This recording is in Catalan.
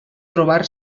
trobar